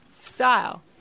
style